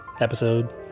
episode